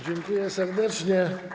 Dziękuję serdecznie.